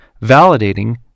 validating